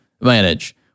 manage